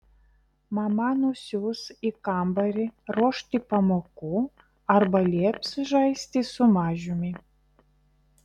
mama nusiųs į kambarį ruošti pamokų arba lieps žaisti su mažiumi